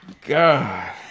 God